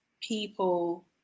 people